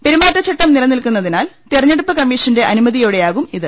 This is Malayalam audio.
പെരുമാറ്റ ച്ചട്ടം നിലനിൽക്കുന്നതിനാൽ തെരഞ്ഞെടുപ്പ് കമ്മീഷന്റെ അനുമതിയോടെയാകും ഇത്